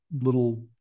little